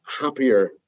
happier